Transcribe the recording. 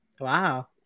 wow